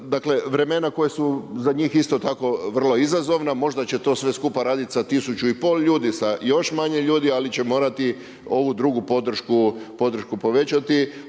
vrlo, vremena koja su za njih isto tako vrlo izazovna, možda će to sve skupa raditi sa tisuću i pol ljudi, sa još manje ljudi, ali će morati ovu drugu podršku povećati,